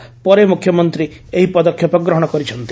ଏହାପରେ ମୁଖ୍ୟମନ୍ତୀ ଏହି ପଦକ୍ଷେପ ଗ୍ରହଣ କରିଛନ୍ତି